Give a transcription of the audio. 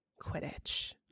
Quidditch